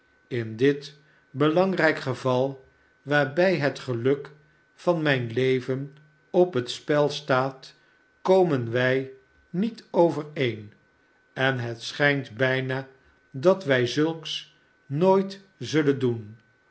in dit belangrijk geval waarbij het geluk van mijn leven op het spel staat komen wij niet overeen en het schijnt bijna dat wij zulks nooit zullen doen